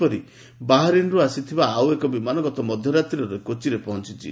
ସେହିପରି ବାହାରିନ୍ରୁ ଆସିଥିବା ଆଉ ଏକ ବିମାନ ମଧ୍ୟ ଗତରାତିରେ କୋଚିରେ ପହଞ୍ଚୁଛି